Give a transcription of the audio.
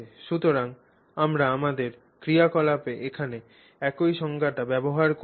সুতরাং আমরা আমাদের ক্রিয়াকলাপে এখানে একই সংজ্ঞাটি ব্যবহার করব